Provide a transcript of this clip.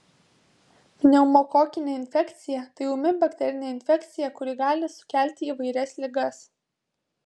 pneumokokinė infekcija tai ūmi bakterinė infekcija kuri gali sukelti įvairias ligas